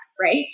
Right